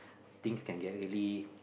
things can get really